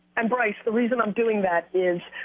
and bryce, the reason i'm doing that is,